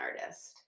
artist